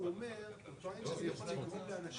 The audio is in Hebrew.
כשתרצה התייעצות בשביל להביא תשובה יותר טובה תגיד לי,